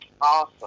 Awesome